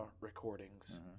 Recordings